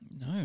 No